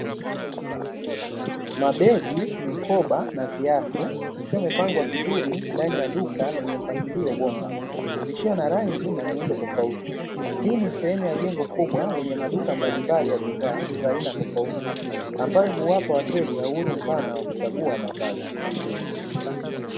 Mabegi ,mikoba na viatu ikiwa imepangwa vizuri ndani ya duka lenye mpangilio bomba. Zikiwa na rangi na miundo tofauti, hii ni sehemu ya jengo kubwa lenye maduka mbalimbali ya bidhaa za aina tofauti ambayo huwapa wateja uhuru mpana wa kuchagua mavazi.